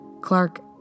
Clark